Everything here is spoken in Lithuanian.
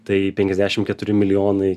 tai penkiasdešim keturi milijonai